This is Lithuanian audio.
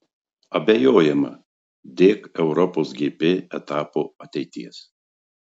abejojama dėk europos gp etapo ateities